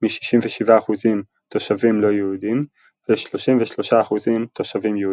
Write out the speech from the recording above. מ-67% תושבים לא יהודים ו-33% תושבים יהודים.